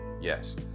Yes